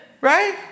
Right